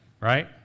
right